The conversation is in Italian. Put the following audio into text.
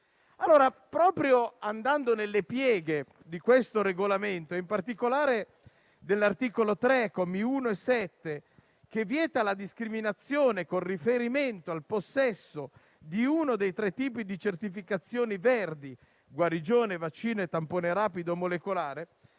2021. Proprio andando nelle pieghe di tale Regolamento, e in particolare dell'articolo 3, che, ai commi 1 e 7, vieta la discriminazione con riferimento al possesso di uno dei tre tipi di certificazioni verdi (guarigione, vaccino, tampone rapido o molecolare),